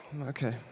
Okay